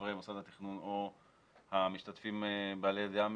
פרוצדורה בתכנון ובנייה היא